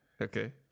Okay